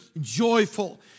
joyful